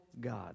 God